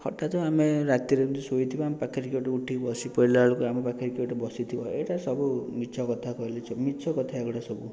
ହଠାତ୍ ଆମେ ରାତିରେ ଏମିତି ଶୋଇଥିବା ଆମ ପାଖରେ କିଏ ଗୋଟେ ଉଠି ବସିପଡ଼ିଲା ବେଳକୁ ଆମ ପାଖରେ କିଏ ଗୋଟେ ବସିଥିବ ଏଇଟା ସବୁ ମିଛ କଥା କହିଲେ ଚଳେ ମିଛ କଥା ଏଗୁଡ଼ା ସବୁ